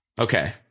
Okay